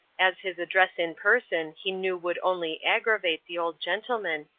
as his address in person he knew would only aggravate the old gentleman,